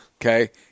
Okay